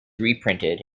reprinted